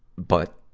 but,